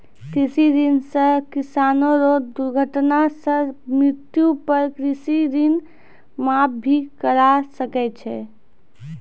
कृषि ऋण सह किसानो रो दुर्घटना सह मृत्यु पर कृषि ऋण माप भी करा सकै छै